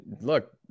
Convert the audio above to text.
look